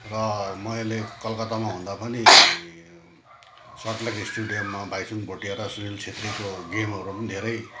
र मैले कलकत्तामा हुँदा पनि सल्ट लेक स्टेडियममा भाइचुङ भोटिया र सुनिल छेत्रीको गेमहरू पनि धेरै